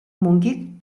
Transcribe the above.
мөнгийг